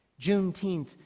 Juneteenth